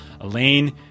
elaine